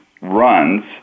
runs